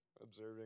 Observing